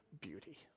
beauty